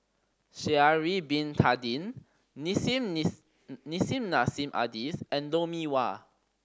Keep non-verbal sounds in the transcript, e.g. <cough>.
Sha'ari Bin Tadin Nissim <unintelligible> Nissim Nassim Adis and Lou Mee Wah